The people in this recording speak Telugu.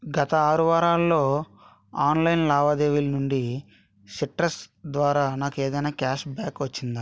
గత ఆరు వారాల్లో ఆన్లైన్ లావాదేవీల్నుండి సిట్రస్ ద్వారా నాకేదైన క్యాష్ బ్యాక్ వచ్చిందా